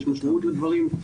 יש משמעות לדברים.